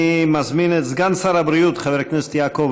אני מזמין את סגן שר הבריאות חבר הכנסת יעקב